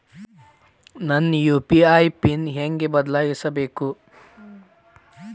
ನನ್ನ UPI PIN ಹೆಂಗ್ ಬದ್ಲಾಯಿಸ್ಬೇಕು?